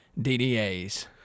DDAs